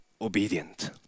obedient